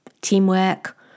teamwork